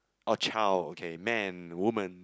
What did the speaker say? or child okay man woman